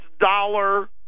dollar